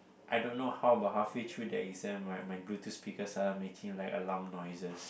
I don't know how but halfway through the exam my bluetooth speaker starting making like alarm noises